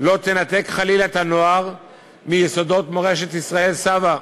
לא תנתק חלילה את הנוער מיסודות מורשת ישראל סבא.